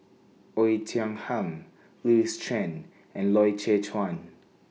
Oei Tiong Ham Louis Chen and Loy Chye Chuan